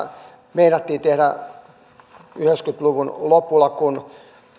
meinattiin tehdä yhdeksänkymmentä luvun lopulla kun